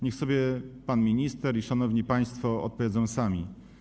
Niech sobie pan minister i szanowni państwo odpowiedzą sami.